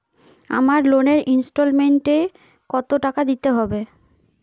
আমার লোনের ইনস্টলমেন্টৈ কত টাকা দিতে হবে?